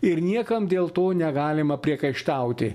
ir niekam dėl to negalima priekaištauti